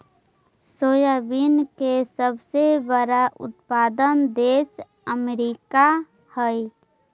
soybean के सबसे बड़ा उत्पादक देश अमेरिका हइ